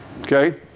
Okay